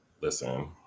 Listen